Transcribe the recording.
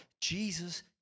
Jesus